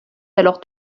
alors